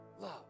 love